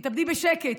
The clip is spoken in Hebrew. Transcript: תתאבדי בשקט".